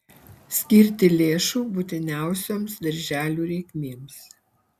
skirti lėšų būtiniausioms darželių reikmėms